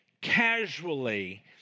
casually